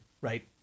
right